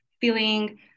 feeling